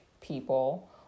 people